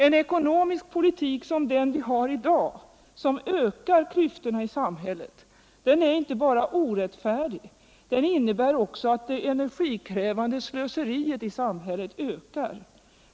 En ekonomisk politik som den vi har idag, som ökar klyftorna i samhället, är inte bara orättfärdig — den innebär också att det energikrävande slöseriet I samhället ökar.